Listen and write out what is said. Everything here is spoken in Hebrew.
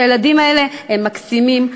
כי הילדים האלה הם מקסימים,